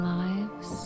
lives